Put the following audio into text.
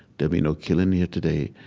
there'll be no killing here today.